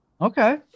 Okay